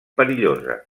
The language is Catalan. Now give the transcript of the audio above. perillosa